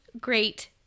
great